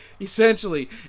Essentially